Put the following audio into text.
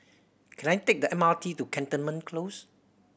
can I take the M R T to Cantonment Close